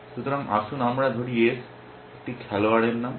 সুতরাং আসুন আমরা ধরি S একটি খেলোয়াড়ের নাম